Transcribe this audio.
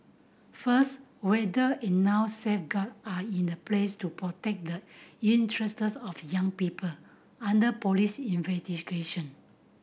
first whether enough safeguard are in the place to protect the interests of young people under police investigation